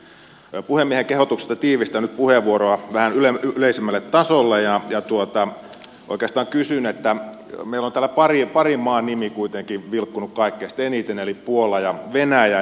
puhemiehen kehotuksesta tiivistän nyt puheenvuoroa vähän yleisemmälle tasolle ja kysyn kun meillä on täällä parin maan nimi kuitenkin vilkkunut kaikista eniten eli puola ja venäjä